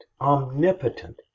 omnipotent